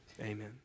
amen